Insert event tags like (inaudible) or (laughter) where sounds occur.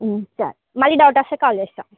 (unintelligible) మళ్ళీ డౌటొస్తే కాల్ చేస్తా